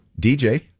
DJ